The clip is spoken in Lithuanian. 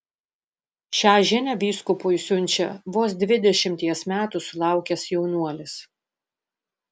šią žinią vyskupui siunčia vos dvidešimties metų sulaukęs jaunuolis